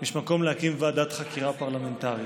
יש מקום להקים ועדת חקירה פרלמנטרית.